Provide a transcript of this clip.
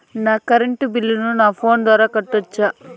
నా కరెంటు బిల్లును నా ఫోను ద్వారా కట్టొచ్చా?